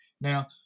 Now